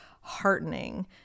heartening